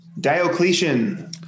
Diocletian